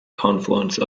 confluence